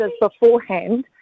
beforehand